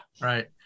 Right